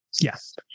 Yes